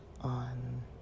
on